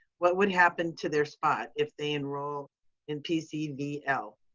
what would happen to their spot if they enroll in pcvl?